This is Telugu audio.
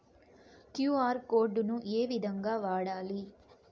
క్యు.ఆర్ కోడ్ ను ఏ విధంగా వాడాలి?